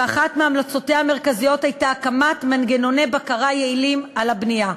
ואחת מהמלצותיה המרכזיות הייתה הקמת מנגנוני בקרה יעילים על הבנייה.